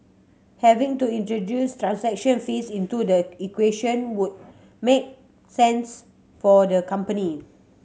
having to introduce transaction fees into the equation would make sense for the company